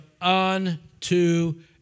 unto